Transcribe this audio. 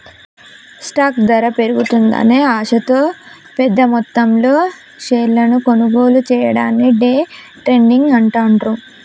stock ధర పెరుగుతుందనే ఆశతో పెద్దమొత్తంలో షేర్లను కొనుగోలు చెయ్యడాన్ని డే ట్రేడింగ్ అంటాండ్రు